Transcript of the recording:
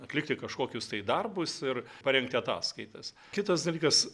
atlikti kažkokius darbus ir parengti ataskaitas kitas dalykas